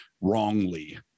wrongly